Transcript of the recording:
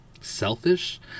selfish